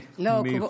לא,